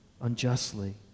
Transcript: unjustly